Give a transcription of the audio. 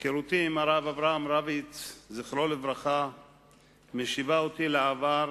היכרותי עם הרב אברהם רביץ ז"ל משיבה אותי לעבר,